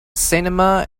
cinema